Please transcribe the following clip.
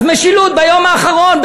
אז משילות ביום האחרון,